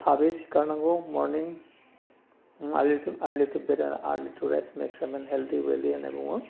थाबै सिखारनांगौ morning early to bed early to rest makes a man healthy and wealthy होन्नानै बुङो